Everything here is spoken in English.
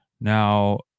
Now